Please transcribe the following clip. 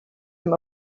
them